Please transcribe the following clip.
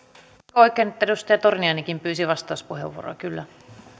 oikein että edustaja torniainenkin pyysi vastauspuheenvuoroa kyllä